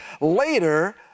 later